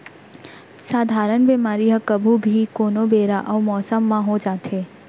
सधारन बेमारी ह कभू भी, कोनो बेरा अउ मौसम म हो जाथे